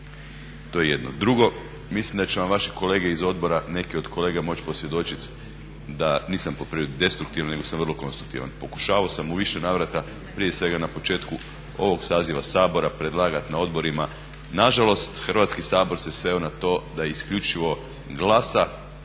To je jedno. Drugo. Mislim da će vam vaši kolege iz odbora, neki od kolega moći posvjedočiti da nisam po prirodi destruktivan nego sam vrlo konstruktivan. Pokušavao sam u više navrata prije svega na početku ovog saziva Sabora predlagati na odborima. Na žalost, Hrvatski sabor se sveo na to da isključivo glasa,